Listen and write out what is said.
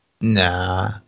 Nah